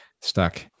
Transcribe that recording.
stuck